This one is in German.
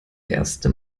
erste